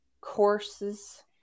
courses